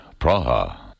Praha